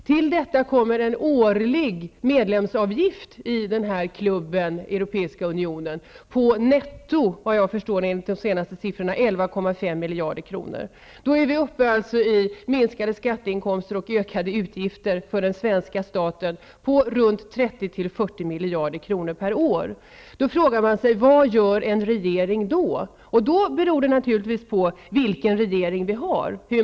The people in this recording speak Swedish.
Till detta kommer en årlig medlemsavgift i den här klubben, Europeiska unionen, på netto 11,5 miljarder kronor, enligt vad jag förstår av de senaste siffrorna. Då är vi uppe i minskade skatteinkomster och ökade utgifter för den svenska staten på ca 30--40 miljarder kronor per år. Vad gör en regering då? Hur man bedömer läget beror naturligtvis på vilken regering vi har.